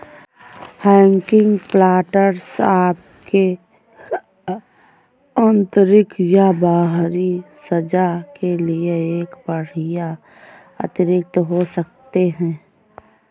hanging planters आपके आंतरिक या बाहरी सज्जा के लिए एक बढ़िया अतिरिक्त हो सकते है